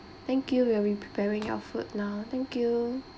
thank you we'll be preparing your food now thank you